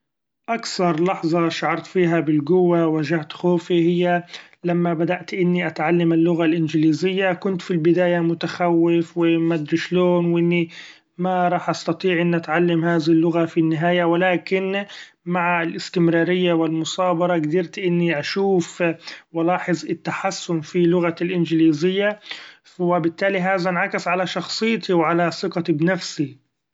أكثر لحظه شعرت فيها بالقوة وجعت خوفي هي: لما بدأت إني اتعلم اللغة الإنجليزية كنت في البداية متخوف و مدري شلون ، و إني ما رح استطيع إني اتعلم هذه اللغة في النهاية ، و لكن مع الاستمرارية و المثابرة قدرت إني اشوف و ألاحظ التحسن في لغتي الإنجليزية ، و بالتالي هذا انعكس علي شخصيتي و علي ثقتي بنفسي.